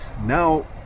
Now